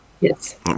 Yes